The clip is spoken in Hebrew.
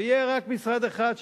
ויהיה רק משרד אחד שיתקצב,